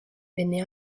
venne